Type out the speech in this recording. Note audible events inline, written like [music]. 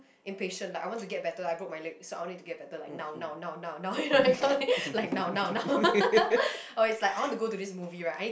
impatient like I want to get better I broke my leg so I need to get better like now now now now now [laughs] you know that kind of thing like now now now [laughs] okay is like I need to go to this movie right I